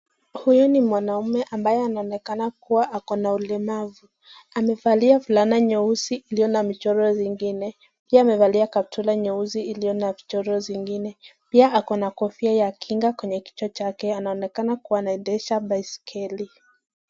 huyu ni mwaname ambaye anaonekana kuwa ako na ulemavu, amevalia fulana nyeusi iliona na michoro zingine pia amevalia kaptula nyeusi iliyo na michoro zingine, pia ako na kofia ya kinga kwenye kichwa chake anaonekana kuwa anaendesha baiskeli.